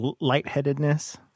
lightheadedness